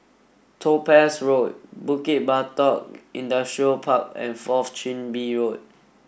Topaz Road Bukit Batok Industrial Park and Fourth Chin Bee Road